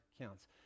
counts